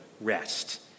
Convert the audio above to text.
rest